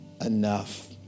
enough